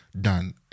done